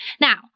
Now